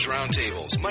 roundtables